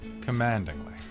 commandingly